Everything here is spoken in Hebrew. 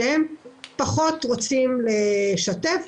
שפחות רוצה לשתף,